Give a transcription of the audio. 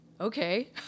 Okay